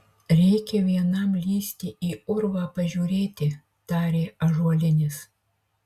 reikia vienam lįsti į urvą pažiūrėti tarė ąžuolinis